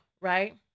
right